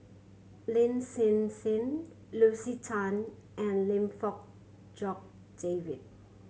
Lin Hsin Hsin Lucy Tan and Lim Fong Jock David